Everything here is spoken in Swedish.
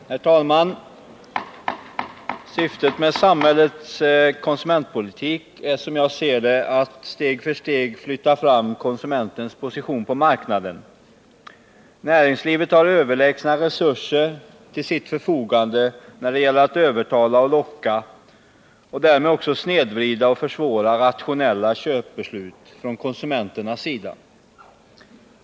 Herr talman! Syftet med samhällets konsumentpolitik är, som jag ser det, att steg för steg flytta fram konsumentens position på marknaden. Näringslivet har överlägsna resurser till sitt förfogande när det gäller att övertala och locka och därmed också snedvrida och försvåra rationella köpbeslut från konsumenternas sida.